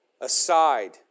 aside